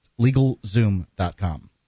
LegalZoom.com